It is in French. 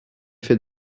fait